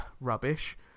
rubbish